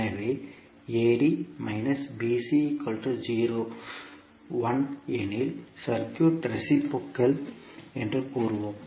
எனவே எனில் circuit reciprocal என்று கூறுவோம்